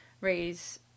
raise